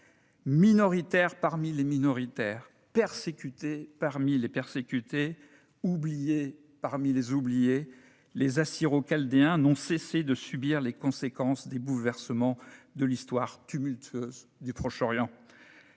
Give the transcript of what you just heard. Minoritaires parmi les minorités, persécutés parmi les persécutés et oubliés parmi les oubliés, les Assyro-Chaldéens n'ont cessé de subir les conséquences des bouleversements de l'histoire tumultueuse du Proche-Orient.